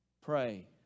Pray